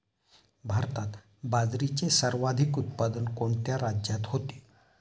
भारतात बाजरीचे सर्वाधिक उत्पादन कोणत्या राज्यात होते?